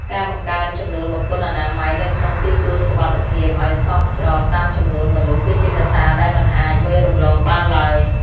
ការបង្កើនចំនួនបង្គន់អនាម័យនៅក្នុងទីទួលសុវត្ថិភាពឱ្យសមស្របតាមចំនួនមនុស្ស គឺជាកត្តាដែលមិនអាចមើលរំលងបានឡើយ។